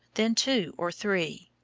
then two or three.